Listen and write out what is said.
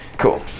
Cool